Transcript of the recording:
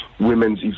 women's